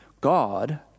God